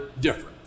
different